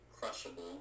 crushable